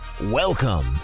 Welcome